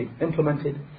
implemented